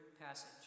passage